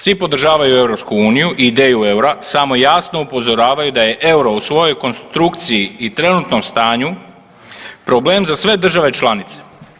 Svi podržavaju EU ideju eura samo jasno upozoravaju da je euro u svojoj konstrukciji i trenutnom stanju problem za sve države članice.